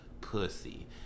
pussy